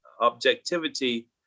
objectivity